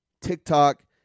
TikTok